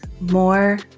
more